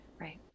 Right